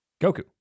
Goku